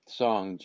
song